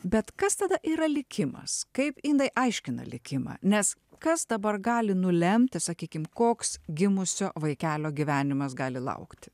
bet kas tada yra likimas kaip indai aiškina likimą nes kas dabar gali nulemti sakykim koks gimusio vaikelio gyvenimas gali laukti